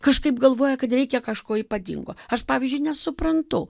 kažkaip galvoja kad reikia kažko ypatingo aš pavyzdžiui nesuprantu